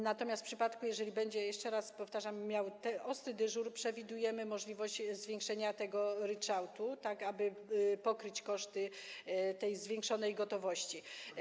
Natomiast w przypadku, jeżeli będzie - jeszcze raz powtarzam - miał ostry dyżur, przewidujemy możliwość zwiększenia tego ryczałtu, tak aby pokryć koszty zwiększonej gotowości.